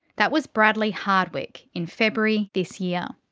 that was bradley hardwick in february this year.